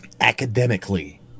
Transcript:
Academically